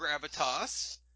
gravitas